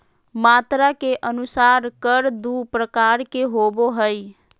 मात्रा के अनुसार कर दू प्रकार के होबो हइ